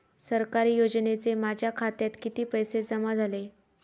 सरकारी योजनेचे माझ्या खात्यात किती पैसे जमा झाले?